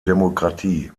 demokratie